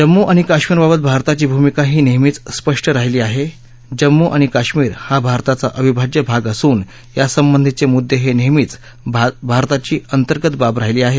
जम्मू आणि कश्मिर बाबत भारताची भूमिका ही नह्मीच स्पष्ट राहिली आहा ज़म्मू आणि कश्मिर हा भारताचा अविभाज्य भाग असून यासंबंधीच मुद्दिजेहीच भारताची अंतर्गत बाब राहिली आह